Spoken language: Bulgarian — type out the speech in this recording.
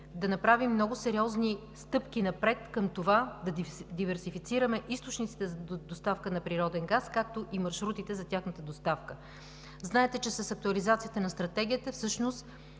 да направим много сериозни стъпки напред към това да диверсифицираме източниците за доставка на природен газ, както и маршрутите за тяхната доставка. Знаете, че с актуализацията на Стратегията всъщност